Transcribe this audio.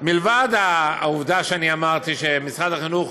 מלבד העובדה שאני אמרתי, שמשרד החינוך